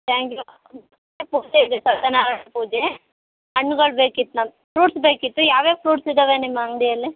ಪೂಜೆ ಇದೆ ಸತ್ಯನಾರಾಯಣ ಪೂಜೆ ಹಣ್ಣುಗಳ್ ಬೇಕಿತ್ತು ನಮ್ಮ ಫ್ರೂಟ್ಸ್ ಬೇಕಿತ್ತು ಯಾವ್ಯಾವ ಫ್ರೂಟ್ಸ್ ಇದಾವೆ ನಿಮ್ಮ ಅಂಗಡಿಯಲ್ಲಿ